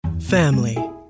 Family